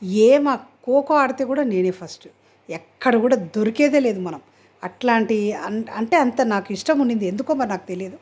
ఏమ ఖోఖో ఆడితే కూడా నేనే ఫస్ట్ ఎక్కడ కూడా దోరికేదే లేదు మనం అట్లాంటి అంటే అంతా నాకిష్టం ఉండేది ఎందుకో మరి నాకు తెలియదు